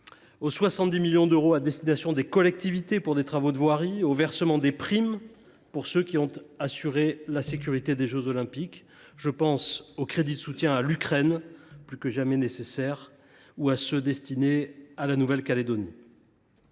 aux 70 millions d’euros à destination des collectivités locales pour réaliser des travaux de voirie, au versement des primes de ceux qui ont assuré la sécurité des jeux Olympiques. Je pense aussi aux crédits de soutien à l’Ukraine, plus que jamais nécessaires, ou à ceux que nous consacrons à la Nouvelle Calédonie.